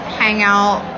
hangout